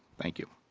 thank you.